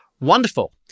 Wonderful